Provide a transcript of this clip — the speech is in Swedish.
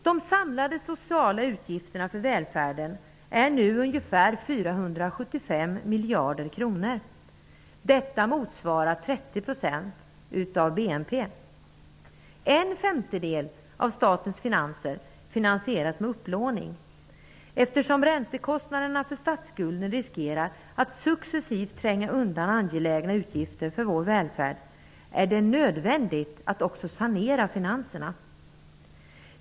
De samlade sociala utgifterna för välfärden är nu ungefär 475 miljarder kronor. Detta motsvarar 30 % av bruttonationalprodukten. En femtedel av statens finanser finansieras med upplåning. Eftersom räntekostnaderna för statsskulden riskerar att successivt tränga undan angelägna utgifter för vår välfärd är det nödvändigt att också sanera finanserna.